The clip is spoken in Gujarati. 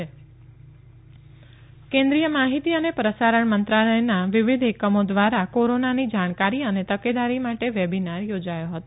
વેબીનાર ભુજ કેન્દ્રીય માહિતી અને પ્રસારણ મંત્રાલયના વિવિધ એકમો ધ્વારા કોરોનાની જાણકારી અને તકેદારી માટે વેબીનાર યોજાયો હતો